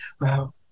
wow